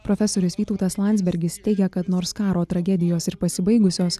profesorius vytautas landsbergis teigia kad nors karo tragedijos ir pasibaigusios